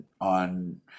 on